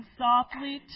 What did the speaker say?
softly